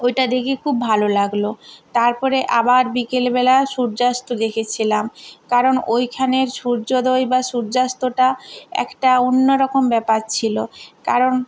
ওইটা দেখে খুব ভালো লাগল তার পরে আবার বিকেলবেলা সূর্যাস্ত দেখেছিলাম কারণ ওইখানের সূর্যোদয় বা সূর্যাস্তটা একটা অন্যরকম ব্যাপার ছিল কারণ